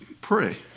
pray